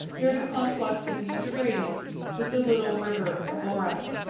near the conflux of the euphrates with the little river aboras.